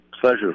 pleasure